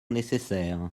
nécessaires